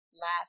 last